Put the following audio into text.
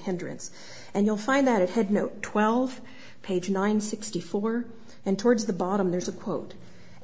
hindrance and you'll find that it had no twelve page nine sixty four and towards the bottom there's a quote